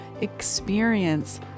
experience